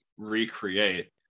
recreate